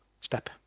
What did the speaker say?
step